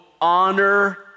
honor